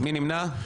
מי נמנע?